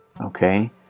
Okay